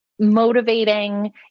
motivating